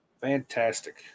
Fantastic